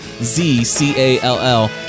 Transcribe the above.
Z-C-A-L-L